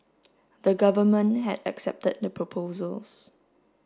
the government had accepted the proposals